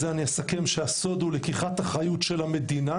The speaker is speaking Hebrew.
הסוד הוא לקיחת אחריות של המדינה,